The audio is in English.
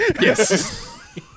Yes